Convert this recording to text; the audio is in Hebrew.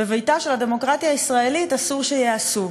בביתה של הדמוקרטיה הישראלית, אסור שייעשו.